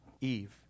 Eve